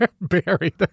buried